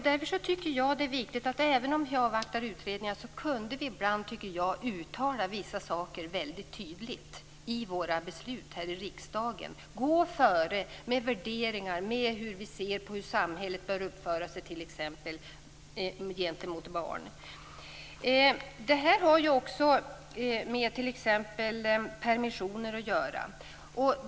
Därför tycker jag att det är viktigt att vi ibland, även om utredningar avvaktas, uttalar vissa saker väldigt tydligt i våra beslut här i riksdagen och går före med värderingar. Det handlar då om hur vi ser på hur samhället bör uppföra sig t.ex. gentemot barn. Det gäller exempelvis permissioner.